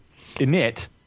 init